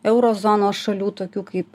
euro zonos šalių tokių kaip